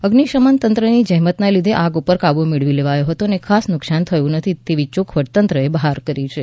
અઝિશમન તંત્રની જહેમતને લીધે આગ ઉપર કાબૂ મેળવી લેવાયો હતો અને ખાસ નુકશાન થયું નથી તેવી ચોખવટ તંત્રએ બહાર પડી છે